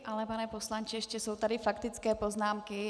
Ale pane poslanče, ještě jsou tady faktické poznámky.